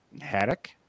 haddock